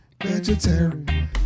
Vegetarian